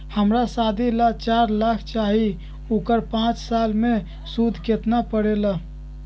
हमरा शादी ला चार लाख चाहि उकर पाँच साल मे सूद कितना परेला?